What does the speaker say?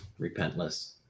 repentless